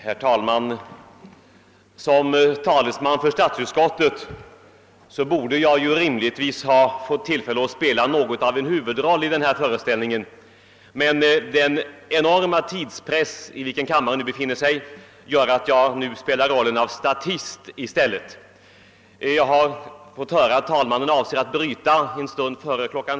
Herr talman! Som talesman för statsutskottet borde jag rimligtvis ha fått tillfälle att spela något av en huvudroll i denna föreställning, men den enorma tidspress i vilken kammaren nu befinner sig gör att jag i stället får spela rollen av statist. Jag har fått höra vatt talmannen avser att bryta sammanträdet en stund före kl.